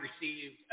received